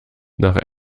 nach